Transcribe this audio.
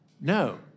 No